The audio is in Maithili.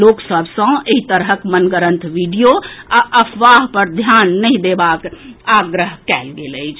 लोक सभ सँ एहि तरहक मनगढंत वीडियो आ अफवाह पर ध्यान नहि देबाक आग्रह कएल गेल अछि